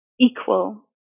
equal